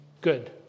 good